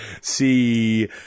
See